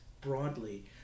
broadly